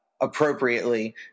appropriately